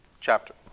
chapter